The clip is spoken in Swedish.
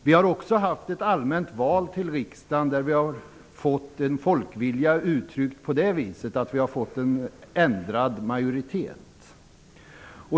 Vi har också haft ett allmänt val till riksdagen, där folkviljan uttryckts på det viset att vi fått en ändrad majoritet.